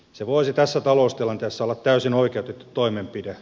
se voisi tässä taloustilanteessa olla täysin oikeutettu toimenpide